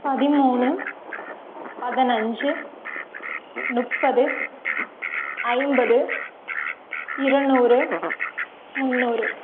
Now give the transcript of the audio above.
பதிமூணு பதினஞ்சி முப்பது ஐம்பது இரநூறு முந்நூறு